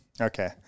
Okay